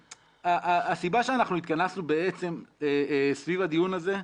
הסיבה שאנחנו התכנסנו סביב הדיון הזה,